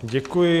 Děkuji.